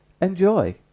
enjoy